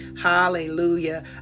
Hallelujah